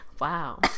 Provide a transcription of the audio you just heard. wow